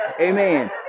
Amen